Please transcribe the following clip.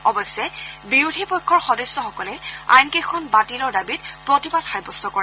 অৱশ্যে বিৰোধী পক্ষৰ সদস্যসকলে আইনকেইখন বাতিলৰ দাবীত প্ৰতিবাদ সাব্যস্ত কৰে